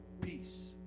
peace